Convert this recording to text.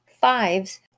Fives